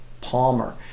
Palmer